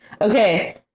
Okay